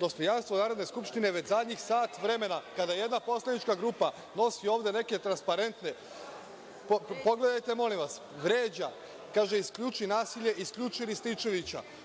dostojanstvo Narodne skupštine već zadnjih sat vremena kada nijedna poslanička grupa nosi ovde neke transparente, pogledajte, molim vas, vređa, kaže: „Isključi nasilje, isključi Rističevića“.Ako